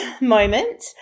moment